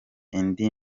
indi